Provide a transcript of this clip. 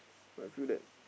I feel that